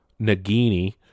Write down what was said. Nagini